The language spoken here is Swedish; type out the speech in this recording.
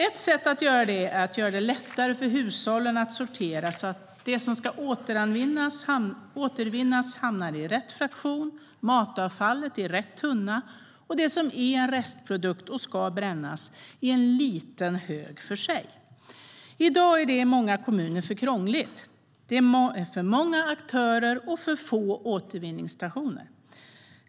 Ett sätt att göra det är att göra det lättare för hushållen att sortera, så att det som ska återvinnas hamnar i rätt fraktion. Matavfallet ska slängas i rätt tunna, och det som är en restprodukt och ska brännas ska läggas i en liten hög för sig. I dag är det i många kommuner för krångligt. Det är för många aktörer och för få återvinningsstationer.